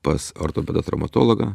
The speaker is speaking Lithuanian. pas ortopedą traumatologą